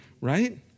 Right